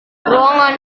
ruangan